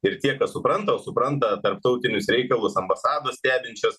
ir tie kas supranta supranta tarptautinius reikalus ambasados stebinčios